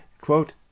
quote